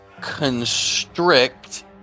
constrict